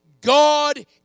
God